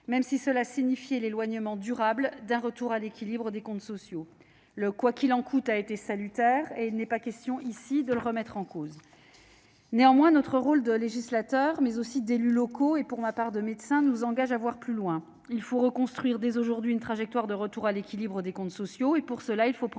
même si cela signifiait que le retour à l'équilibre des comptes sociaux s'éloignait durablement. Le « quoi qu'il en coûte » a été salutaire, et il n'est pas question ici de le remettre en cause. Néanmoins, notre rôle de législateur, mais aussi d'élus locaux et, pour ma part, de médecin nous engage à voir plus loin : il faut reconstruire dès aujourd'hui une trajectoire de retour à l'équilibre des comptes sociaux. Pour ce faire,